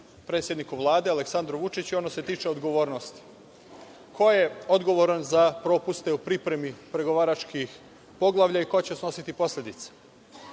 predsedniku Vlade Aleksandru Vučiću, ono se tiče odgovornosti. Ko je odgovoran za propuste u pripremi pregovaračkih poglavlja i ko će snositi posledice? Nismo